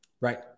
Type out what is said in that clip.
right